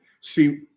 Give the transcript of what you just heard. See